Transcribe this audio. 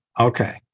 Okay